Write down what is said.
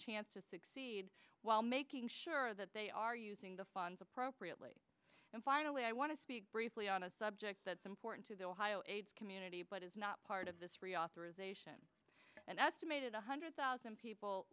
chance to succeed while making sure that they are using the funds appropriately and finally i want to speak briefly on a subject that's important to the ohio aids community but is not part of this reauthorization and estimated one hundred thousand people